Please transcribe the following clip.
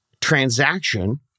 transaction